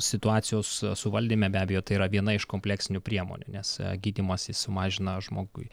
situacijos suvaldyme be abejo tai yra viena iš kompleksinių priemonių nes gydymas jis sumažina žmogui